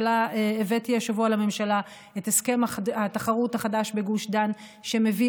הבאתי השבוע לממשלה את הסכם התחרות החדש בגוש דן שמביא